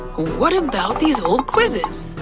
what about these old quizzes?